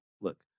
look